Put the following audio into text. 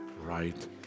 right